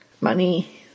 money